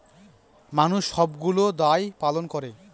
মানুষ সবগুলো দায় পালন করে